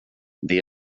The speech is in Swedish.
det